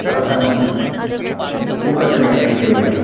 அரசாங்கம் ஊக்கத்தினை அளிக்க வேண்டும்